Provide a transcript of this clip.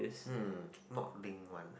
hmm not link one ah